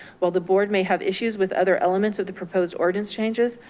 while the board may have issues with other elements of the proposed ordinance changes,